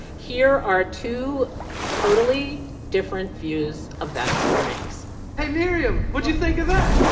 here are two totally different views of that experience hey, miriam, what'd you think of that?